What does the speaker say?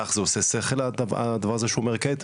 לך זה עושה שכל הדבר הזה שהוא אומר כעת?